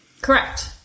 Correct